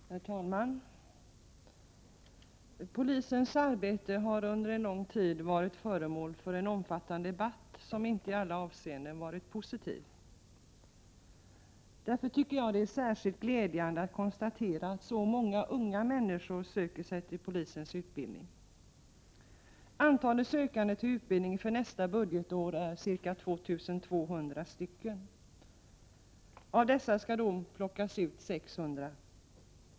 Herr talman! Polisens arbete har under lång tid varit föremål för en omfattande debatt, som inte i alla avseenden varit positiv. Därför tycker jag att det är särskilt glädjande att konstatera att så många unga människor söker sig till polisens utbildning. Antalet sökande till utbildningen för nästa budgetår är ca 2 200. Av dessa skall 600 plockas ut.